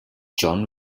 john